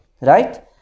Right